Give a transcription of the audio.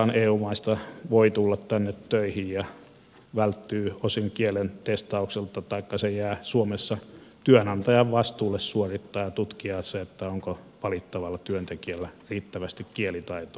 suomessahan eu maista voi tulla tänne töihin ja välttyy osin kielen testaukselta taikka se jää suomessa työnantajan vastuulle suorittaa ja tutkia onko valittavalla työntekijällä riittävästi kielitaitoa